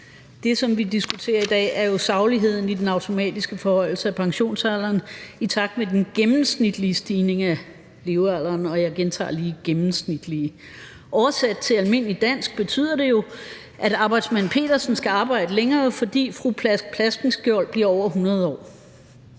Det, som vi diskuterer i dag, er jo sagligheden i den automatiske forhøjelse af pensionsalderen i takt med den gennemsnitlige stigning i levealderen – og jeg gentager lige: den gennemsnitlige. Og oversat til almindeligt dansk betyder det jo, at arbejdsmand Petersen skal arbejde længere, fordi fru Plaskenskjold bliver over 100 år.